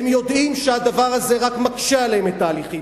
הם יודעים שהדבר הזה רק מקשה עליהם את ההליכים.